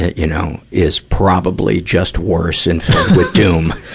you know, is probably just worse and filled with doom.